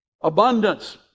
Abundance